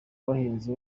abahinzi